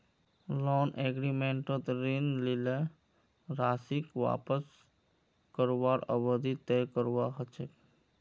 loan एग्रीमेंटत ऋण लील राशीक वापस करवार अवधि तय करवा ह छेक